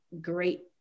great